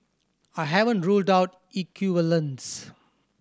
I haven't ruled out equivalence